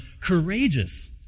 courageous